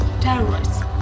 terrorists